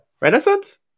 Renaissance